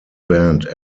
band